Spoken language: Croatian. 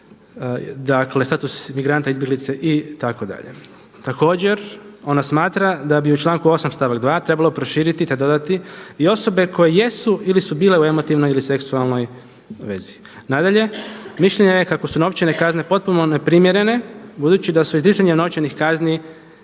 dakle status migranta, izbjeglice itd. Također ona smatra da bi u članku 8. stavak 2. trebalo proširiti te dodati i osobe koje jesu ili su bile u emotivnoj ili seksualnoj vezi. Nadalje, mišljenja je kako su novčane kazne potpuno neprimjerene, budući da su … novčanih kazni